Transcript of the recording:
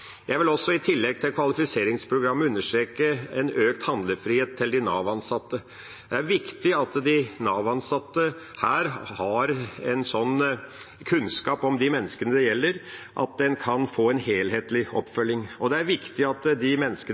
Jeg vil også, i tillegg til kvalifiseringsprogrammet, understreke økt handlefrihet for de Nav-ansatte. Det er viktig at de Nav-ansatte har kunnskap om de menneskene det gjelder, slik at de kan få en helhetlig oppfølging. Og det er viktig at de menneskene